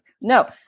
No